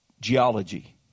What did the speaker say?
geology